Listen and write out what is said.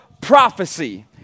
prophecy